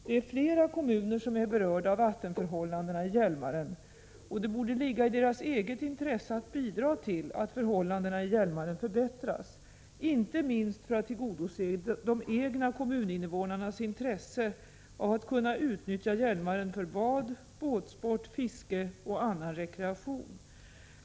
Det är flera kommuner som är berörda av vattenförhållandena i Hjälmaren, och det borde ligga i deras eget intresse att bidra till att förhållandena i Hjälmaren förbättras, inte minst för att tillgodose de egna kommuninvånarnas intresse av att kunna utnyttja Hjälmaren för bad, båtsport, fiske och annan rekreation.